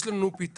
יש לנו פתרון,